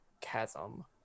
chasm